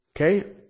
Okay